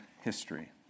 history